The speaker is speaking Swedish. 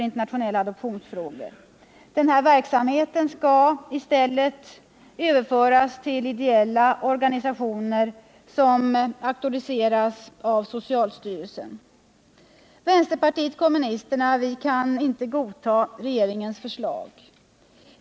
internationella adoptionsfrågor. Denna verksamhet skall i stället överföras till ideella organisationer som auktoriseras av socialstyrelsen. Vänsterpartiet kommunisterna kan inte godta regeringens förslag.